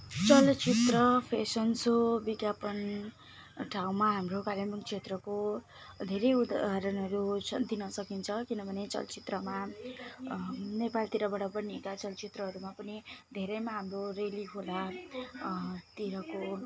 चलचित्र fashion show विज्ञापन ठाउँमा हाम्रो कालिम्पोङ क्षेत्रको धेरै उदाहरणहरू छन् दिन सकिन्छ किनभने चलचित्रमा नेपालतिरबाट बनिएका चलचित्रहरूमा पनि धेरैमा हाम्रो रेली खोला तिरको